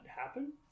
happen